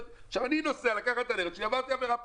אני נוסע לקחת את הנכד שלי עברתי עבירה פלילית.